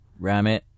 Ramit